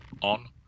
on